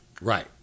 Right